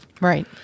Right